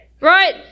right